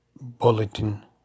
bulletin